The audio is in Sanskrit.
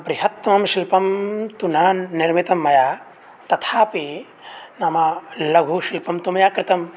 बृहत्तमं शिल्पं तु न निर्मितं मया तथापि नाम लघुशिल्पं तु मया कृतं